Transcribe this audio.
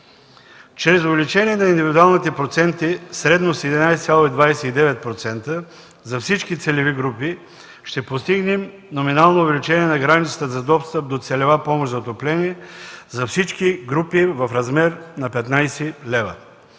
Чрез увеличение на индивидуалните проценти – средно с 11,29% за всички целеви групи, ще постигнем номинално увеличение на границата за достъп до целева помощ за отопление за всички групи в размер на 15 лв.